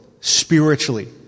Spiritually